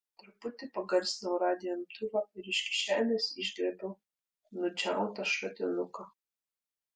truputį pagarsinau radijo imtuvą ir iš kišenės išgriebiau nudžiautą šratinuką